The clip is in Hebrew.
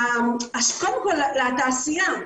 קודם כל לתעשייה.